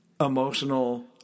emotional